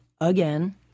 again